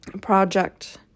project